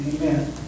Amen